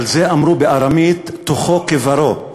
על זה אמרו בארמית: תוכו כברו.